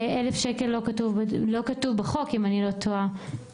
1,000 שקל לא כתוב בחוק, אם אני לא טועה.